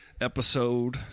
Episode